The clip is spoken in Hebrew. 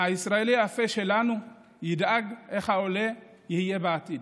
הישראלי היפה שלנו ידאג איך העולה יהיה בעתיד,